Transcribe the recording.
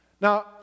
now